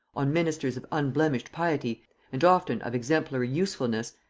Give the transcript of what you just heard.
on ministers of unblemished piety and often of exemplary usefulness,